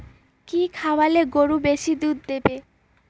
কি খাওয়ালে গরু বেশি দুধ দেবে?